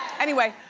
anyway,